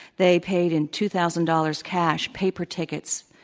they paid in two thousand dollars, cash, paper tickets,